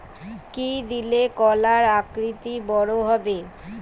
কি দিলে কলা আকৃতিতে বড় হবে?